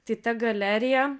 tai ta galerija